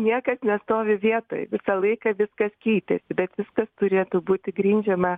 niekas nestovi vietoj visą laiką viskas keitėsi bet viskas turėtų būti grindžiama